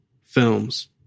films